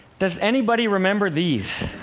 does anybody remember these?